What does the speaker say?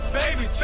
baby